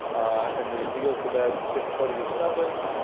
and then he goes to bed six thirty or seven